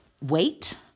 wait